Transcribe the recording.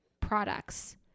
products